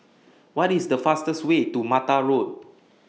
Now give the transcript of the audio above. What IS The fastest Way to Mata Road